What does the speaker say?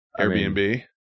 Airbnb